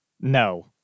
No